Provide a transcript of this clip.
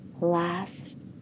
Last